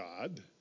God